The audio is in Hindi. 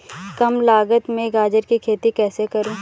कम लागत में गाजर की खेती कैसे करूँ?